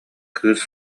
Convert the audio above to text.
кыыс